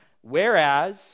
whereas